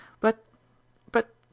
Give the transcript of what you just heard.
but—but